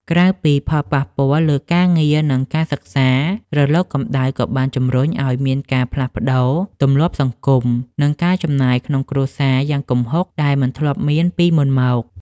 ក្រៅពីផលប៉ះពាល់លើការងារ និងការសិក្សា រលកកម្ដៅក៏បានជម្រុញឱ្យមានការផ្លាស់ប្តូរទម្លាប់សង្គម និងការចំណាយក្នុងគ្រួសារយ៉ាងគំហុកដែលមិនធ្លាប់មានពីមុនមក។